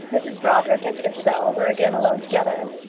mrs brodrick and isabel were again alone together.